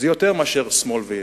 יותר מאשר שמאל וימין,